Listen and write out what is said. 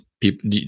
people